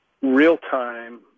real-time